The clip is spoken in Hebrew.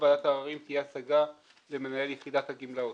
ועדת העררים תהיה השגה למנהל יחידת הגמלאות.